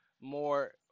more